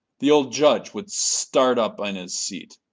the old judge would start up in his seat.